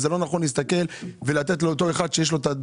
זה לא נכון לתת לאותו בעל דירה,